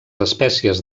espècies